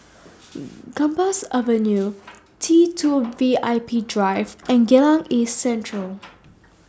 Gambas Avenue T two V I P Drive and Geylang East Central